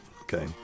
okay